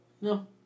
no